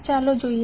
ચાલો જોઈએ